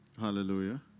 Hallelujah